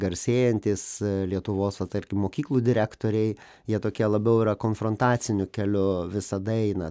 garsėjantys lietuvos va tarkim mokyklų direktoriai jie tokie labiau yra konfrontaciniu keliu visada eina